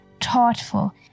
thoughtful